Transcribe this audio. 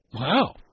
Wow